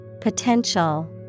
Potential